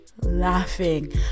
laughing